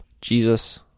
Jesus